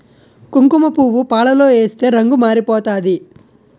కుంకుమపువ్వు పాలలో ఏస్తే రంగు మారిపోతాది